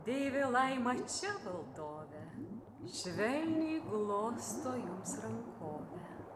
deivė laima čia valdove švelniai glosto jums rankovę